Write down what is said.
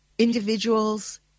Individuals